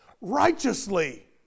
righteously